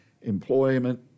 employment